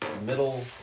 middle